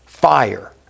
fire